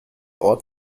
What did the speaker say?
ort